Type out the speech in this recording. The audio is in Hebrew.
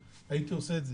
הייתי עושה את זה,